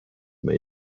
may